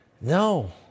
no